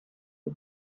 the